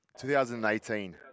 2018